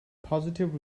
positive